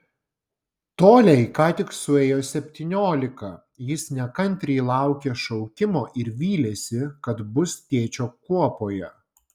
toliai ką tik suėjo septyniolika jis nekantriai laukė šaukimo ir vylėsi kad bus tėčio kuopoje